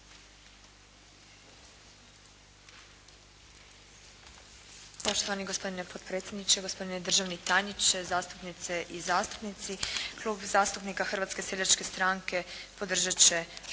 Poštovani gospodine potpredsjedniče, gospodine državni tajniče, zastupnice i zastupnici. Klub zastupnika Hrvatske seljačke stranke podržat će